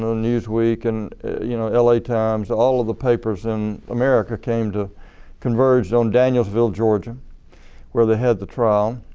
newsweek, and you know l a times all of the papers in american came to converge on danielsville, georgia where they had the trial.